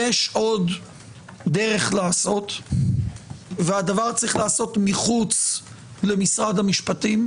יש עוד דרך לעשות והדבר צריך להיעשות מחוץ למשרד המשפטים,